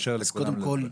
בוקר טוב לכולם,